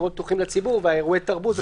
המקומות שפתוחים לציבור ואירועי תרבות,